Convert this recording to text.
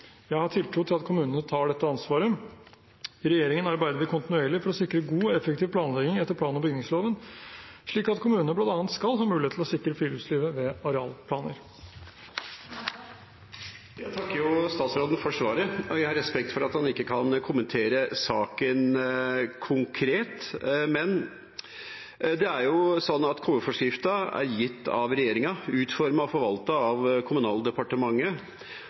Jeg har tiltro til at kommunene tar dette ansvaret. Regjeringen arbeider kontinuerlig for å sikre god og effektiv planlegging etter plan- og bygningsloven, slik at kommunene bl.a. skal ha mulighet til å sikre friluftslivet ved arealplaner. Jeg takker statsråden for svaret, og jeg har respekt for at han ikke kan kommentere saken konkret. Men det er jo sånn at KU-forskriften er gitt av regjeringa, utformet og forvaltet av Kommunaldepartementet,